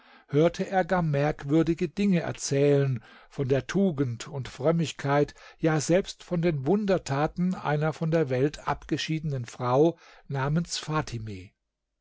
hörte er gar merkwürdige dinge erzählen von der tugend und frömmigkeit ja selbst von den wundertaten einer von der welt abgeschiedenen frau namens fatime